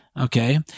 Okay